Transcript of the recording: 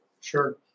Sure